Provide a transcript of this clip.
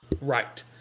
right